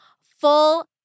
full